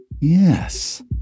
Yes